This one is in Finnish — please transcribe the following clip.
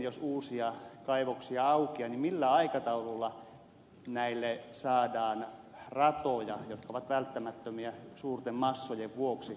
jos uusia kaivoksia aukeaa niin millä aikataululla näille saadaan ratoja jotka ovat välttämättömiä suurten massojen vuoksi